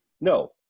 No